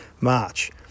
March